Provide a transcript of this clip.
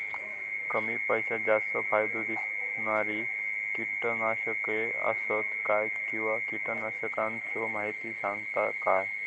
कमी पैशात जास्त फायदो दिणारी किटकनाशके आसत काय किंवा कीटकनाशकाचो माहिती सांगतात काय?